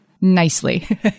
Nicely